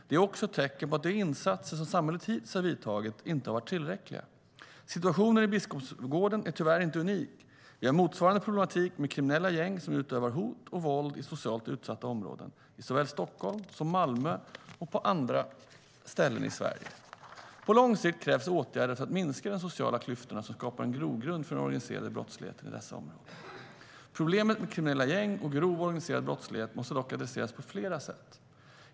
Det är också ett tecken på att de insatser som samhället hittills har gjort inte har varit tillräckliga. STYLEREF Kantrubrik \* MERGEFORMAT Svar på interpellationerProblemet med kriminella gäng och grov organiserad brottslighet måste dock adresseras på flera sätt.